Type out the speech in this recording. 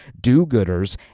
do-gooders